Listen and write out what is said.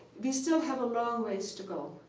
we still have a long ways to go,